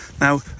Now